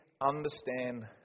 understand